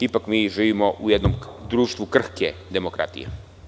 Ipak mi živimo u jednom društvu krhke demokratije.